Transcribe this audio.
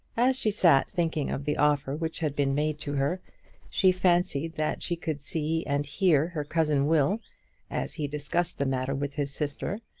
as she sat thinking of the offer which had been made to her she fancied that she could see and hear her cousin will as he discussed the matter with his sister,